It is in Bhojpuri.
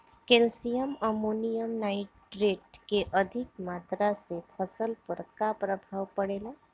कैल्शियम अमोनियम नाइट्रेट के अधिक मात्रा से फसल पर का प्रभाव परेला?